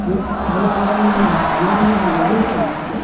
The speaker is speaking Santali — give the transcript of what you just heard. ᱛᱟᱦᱚᱞᱮ ᱵᱮᱱ ᱮᱢᱟᱞᱤᱧ ᱟ ᱜᱩᱭᱟᱵᱮᱱ ᱥᱮ ᱪᱮᱫ